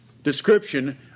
Description